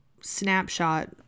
snapshot